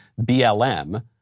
BLM